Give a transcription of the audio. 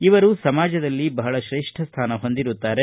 ಇವರು ಸಮಾಜದಲ್ಲಿ ಬಹಳ ತ್ರೇಷ್ಠ ಸ್ಯಾನವನ್ನು ಹೊಂದಿರುತ್ತಾರೆ